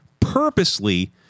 purposely